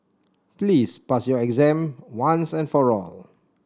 please pass your exam once and for all